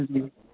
हुँ